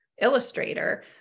illustrator